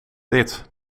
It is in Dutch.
dit